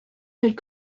had